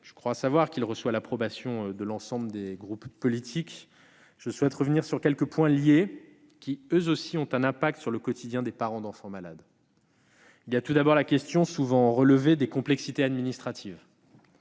je crois savoir qu'il reçoit l'approbation de l'ensemble des groupes politiques, je tiens à revenir sur quelques points afférents qui, eux aussi, ont un impact sur le quotidien des parents d'enfants malades. Il y a tout d'abord la question, souvent relevée, des complexités administratives